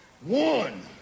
One